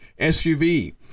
SUV